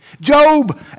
Job